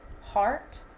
heart